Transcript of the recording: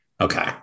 Okay